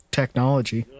technology